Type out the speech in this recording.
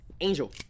Angel